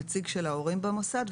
נציג של ההורים במוסד,